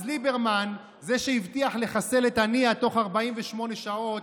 אז ליברמן, זה שהבטיח לחסל את הנייה תוך 48 שעות,